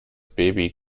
baby